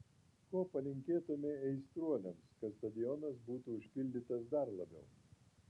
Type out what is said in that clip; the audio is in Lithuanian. ko palinkėtumei aistruoliams kad stadionas būtų užpildytas dar labiau